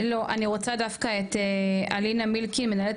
אני רוצה דווקא את אלינה מילקי מנהלת